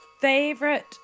favorite